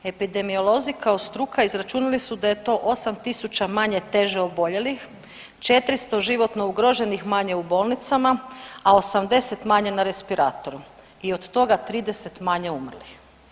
Epidemiolozi kao struka izračunali su da je to 8 tisuća manje teže oboljelih, 400 životno ugroženih manje u bolnicama, a 80 manje na respiratoru i od toga 30 manje umrlih.